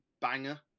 banger